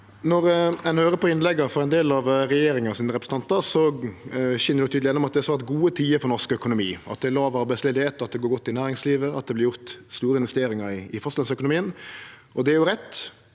Når ein høyrer på innlegga frå ein del av regjeringa sine representantar, skin det tydeleg gjennom at det er svært gode tider for norsk økonomi. Det er låg arbeidsløyse, det går godt i næringslivet, og det vert gjort store investeringar i fastlandsøkonomien. Det er rett,